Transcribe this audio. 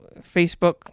Facebook